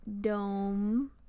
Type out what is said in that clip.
Dome